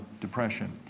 depression